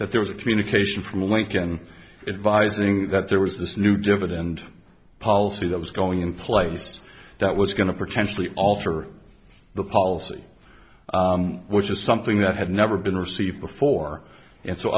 that there was a communication from lincoln advising that there was this new dividend policy that was going in place that was going to potentially alter the policy which is something that had never been received before and so